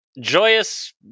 Joyous